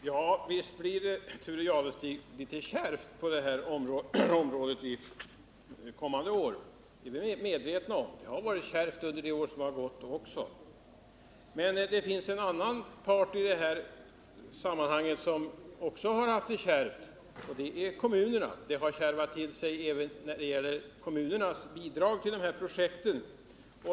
Herr talman! Ja, Thure Jadestig, visst blir det litet kärvt på det här området till kommande år. Det är vi medvetna om. Men det har varit kärvt under det år som har gått också. Det finns en annan part i det här sammanhanget som också har haft det kärvt, och det är kommunerna. Det har kärvat till sig även när det gäller kommunernas bidrag till de här projekten.